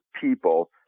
people